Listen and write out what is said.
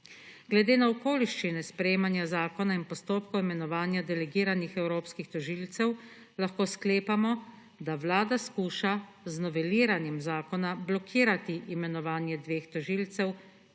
Glede na okoliščine sprejemanja zakona in postopkov imenovanja delegiranih evropskih tožilcev lahko sklepamo, da Vlada skuša z noveliranjem zakona blokirati imenovanje dveh tožilcev,